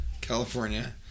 California